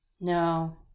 No